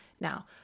Now